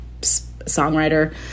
songwriter